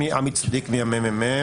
שמי עמי צדיק מהמ.מ.מ.